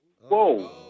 Whoa